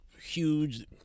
huge